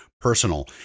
personal